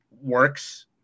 works